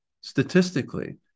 statistically